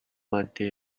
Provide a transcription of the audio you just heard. monday